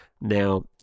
Now